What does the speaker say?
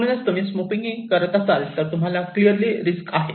म्हणूनच तुम्ही स्मोकिंग करत असाल तर तुम्हाला क्लियरलि रिस्क आहे